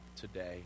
today